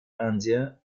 indien